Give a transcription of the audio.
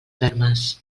fermes